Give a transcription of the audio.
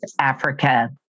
Africa